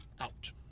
out